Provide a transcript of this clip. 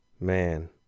man